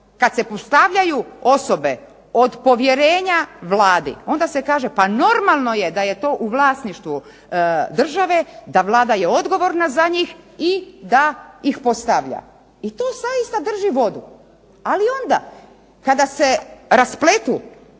kad se postavljaju osobe od povjerenja Vladi onda se kaže pa normalno je da je to u vlasništvu države, da Vlada je odgovorna za njih i da ih postavlja. I to zaista drži vodu, ali onda kada se raspletu